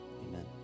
Amen